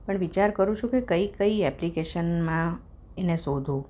પણ વિચાર કરું છું કે કઈ કઈ એપ્લિકેશનમાં એને શોધું